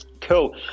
cool